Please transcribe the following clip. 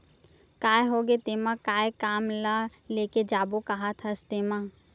काय होगे तेमा काय काम ल लेके जाबो काहत हस तेंमा?